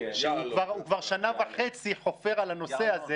הוא כבר שנה וחצי חופר על הנושא הזה